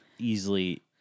easily